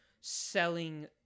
selling